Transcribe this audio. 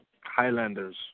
Highlanders